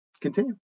continue